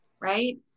right